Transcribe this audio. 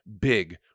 big